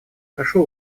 прошу